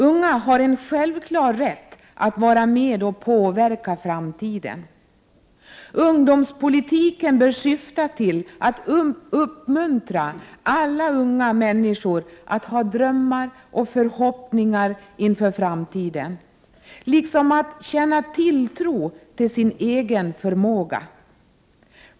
Unga har en självklar rätt att vara med och påverka framtiden. Ungdomspolitiken bör syfta till att uppmuntra alla unga människor att ha drömmar och förhoppningar inför framtiden, liksom att känna tilltro till sin egen förmåga.